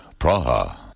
Praha